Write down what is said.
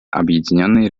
объединенной